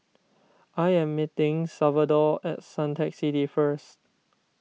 I am meeting Salvador at Suntec City first